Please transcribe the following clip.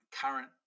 current